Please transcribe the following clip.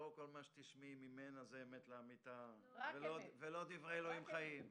לא כל מה שתשמעי מיפה בן דויד הוא אמת לאמיתה או דברי אלוהים חיים.